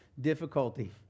difficulty